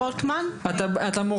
אין